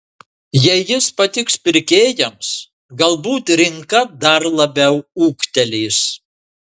jei jis patiks pirkėjams galbūt rinka dar labiau ūgtelės